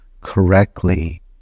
correctly